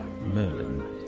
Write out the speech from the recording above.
Merlin